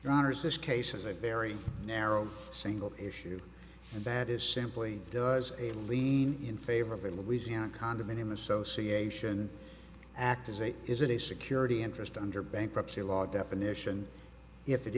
bronner's this case is a very narrow single issue and that is simply does a lean in favor of a louisiana condominium association act as a is it a security interest under bankruptcy law definition